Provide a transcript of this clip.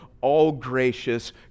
all-gracious